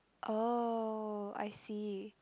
oh I see